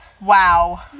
Wow